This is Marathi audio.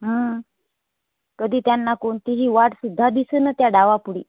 हां कधी त्यांना कोणतीही वाट सुद्धा दिसेना त्या डावापुढे